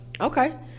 Okay